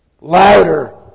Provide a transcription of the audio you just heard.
Louder